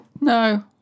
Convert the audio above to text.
No